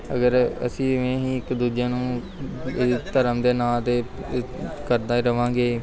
ਅਗਰ ਅਸੀਂ ਐਵੇਂ ਹੀ ਇੱਕ ਦੂਜੇ ਨੂੰ ਧਰਮ ਦੇ ਨਾਂ 'ਤੇ ਇ ਕਰਦੇ ਰਹਾਂਗੇ